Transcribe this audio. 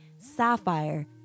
Sapphire